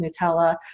Nutella